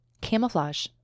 Camouflage